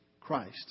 Christ